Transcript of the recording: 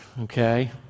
Okay